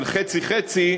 של חצי-חצי,